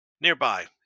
Nearby